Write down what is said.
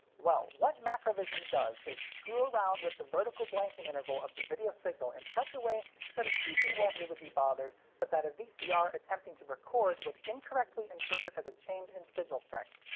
well, what macrovision does is screw around with the vertical blanking interval of the video signal in such a way that a tv won't really be bothered, but that a vcr attempting to record would incorrectly interpret as a change in signal strength.